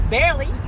Barely